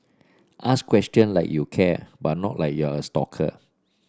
ask question like you care but not like you're a stalker